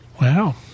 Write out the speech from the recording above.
Wow